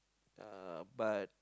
uh but